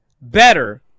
better